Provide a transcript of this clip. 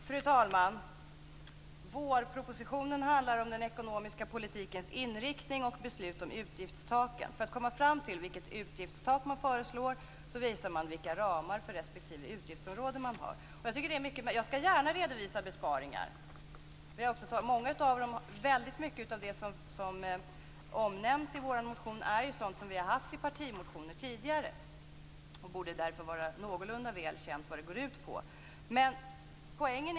Fru talman! Vårpropositionen handlar om den ekonomiska politikens inriktning och beslut om utgiftstaken. För att komma fram till vilket utgiftstak man föreslår visar man vilka ramar man har för respektive utgiftsområde. Jag skall gärna redovisa besparingar. Men väldigt mycket av det som omnämns i våra motioner är ju sådant som vi har haft i partimotioner tidigare. Det borde därför vara någorlunda väl känt vad det går ut på.